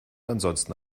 ansonsten